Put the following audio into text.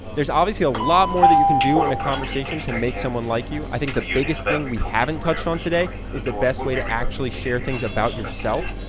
there's obviously a lot more that you can do in a conversation to make someone like you i think the biggest thing we haven't touched on today is the best way to actually share things about yourself.